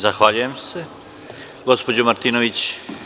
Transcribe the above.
Zahvaljujem se, gospođo Martinović.